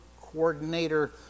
coordinator